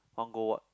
want go what